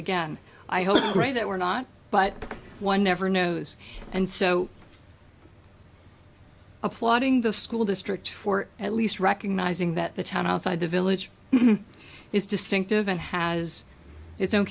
again i hope great that we're not but one never knows and so applauding the school district for at least recognizing that the town outside the village is distinctive and has its own